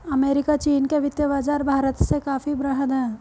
America चीन के वित्तीय बाज़ार भारत से काफी वृहद हैं